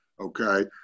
Okay